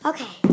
Okay